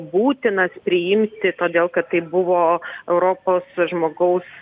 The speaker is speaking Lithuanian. būtinas priimti todėl kad tai buvo europos žmogaus